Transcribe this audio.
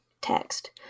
text